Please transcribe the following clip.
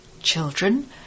Children